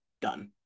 done